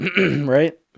Right